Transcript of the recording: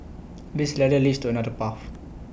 this ladder leads to another path